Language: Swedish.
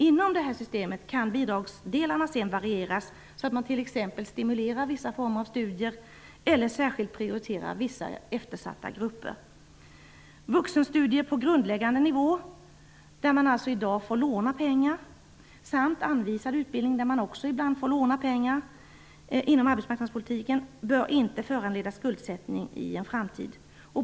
Inom detta system kan bidragsdelarna sedan varieras, så att man t.ex. stimulerar vissa former av studier eller särskilt prioriterar vissa eftersatta grupper. Vuxenstudier på grundläggande nivå, som man alltså i dag måste låna pengar till, samt anvisad utbildning inom arbetsmarknadspolitiken, som man också ibland måste låna pengar till, bör inte föranleda skuldsättning i en framtid.